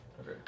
Okay